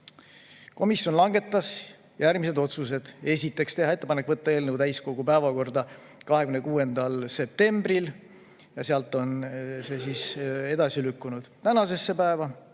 Komisjon langetas järgmised otsused. Esiteks, teha ettepanek võtta eelnõu täiskogu päevakorda 26. septembril, sealt on see lükkunud tänasesse päeva.